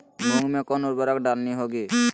मूंग में कौन उर्वरक डालनी होगी?